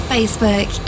Facebook